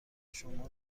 شما